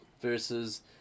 Versus